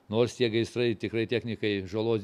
nors tie gaisrai tikrai technikai žalos